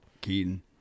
Keaton